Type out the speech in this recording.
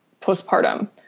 postpartum